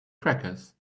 crackers